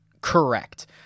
correct